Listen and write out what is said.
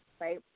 right